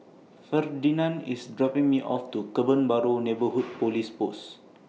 Ferdinand IS dropping Me off to Kebun Baru Neighbourhood Police Post